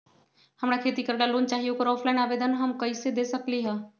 हमरा खेती करेला लोन चाहि ओकर ऑफलाइन आवेदन हम कईसे दे सकलि ह?